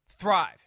thrive